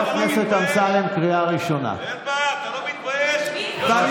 אם היה לך קצת כבוד, אתה לא מתבייש, חוק